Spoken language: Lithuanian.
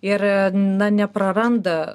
ir na nepraranda